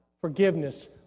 forgiveness